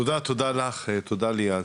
תודה לך, תודה ליעד.